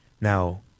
Now